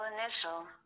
initial